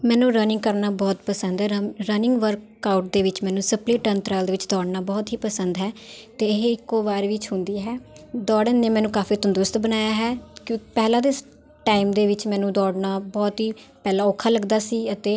ਮੈਨੂੰ ਰਨਿੰਗ ਕਰਨਾ ਬਹਤ ਪਸੰਦ ਹੈ ਰਮ ਰਨਿੰਗ ਵਰਕਆਊਟ ਦੇ ਵਿੱਚ ਮੈਨੂੰ ਸਪਲੀ ਟੰਨਤਰਾਲ ਦੇ ਵਿੱਚ ਦੌੜਨਾ ਬਹੁਤ ਹੀ ਪਸੰਦ ਹੈ ਅਤੇ ਇਹ ਇੱਕੋ ਵਾਰ ਵਿੱਚ ਹੁੰਦੀ ਹੈ ਦੌੜਨ ਨੇ ਮੈਨੂੰ ਕਾਫੀ ਤੰਦਰੁਸਤ ਬਣਾਇਆ ਹੈ ਕਿਉਂ ਪਹਿਲਾਂ ਦੇ ਟਾਇਮ ਦੇ ਵਿੱਚ ਮੈਨੂੰ ਦੌੜਨਾ ਬਹੁਤ ਹੀ ਪਹਿਲਾਂ ਔਖਾ ਲੱਗਦਾ ਸੀ ਅਤੇ